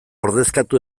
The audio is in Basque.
ordezkatu